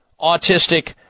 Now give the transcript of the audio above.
autistic